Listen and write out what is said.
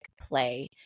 play